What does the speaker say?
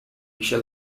shall